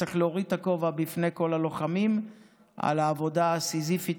צריך להוריד את הכובע בפני כל הלוחמים על העבודה הסיזיפית,